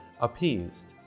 appeased